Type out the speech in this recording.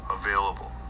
available